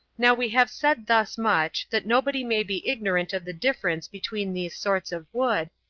now we have said thus much, that nobody may be ignorant of the difference between these sorts of wood,